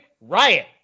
riot